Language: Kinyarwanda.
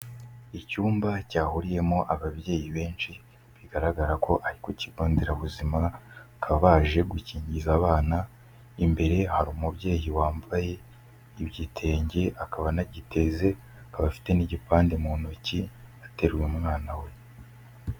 Icyumba cyahuriyemo ababyeyi benshi bigaragara ko ari ku kigo Nderabuzima, bakaba baje gukingiza abana, imbere hari umubyeyi wambaye igitenge akaba anagiteze, akaba afite n'igipande mu ntoki ateruye umwana we.